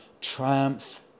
Triumph